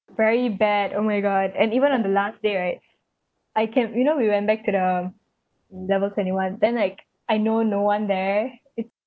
very bad oh my god and even on the last day right I can you know we went back to the level twenty one then like I know no one there it's